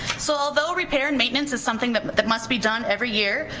so although repair and maintenance is something that but that must be done every year,